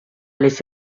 les